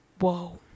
whoa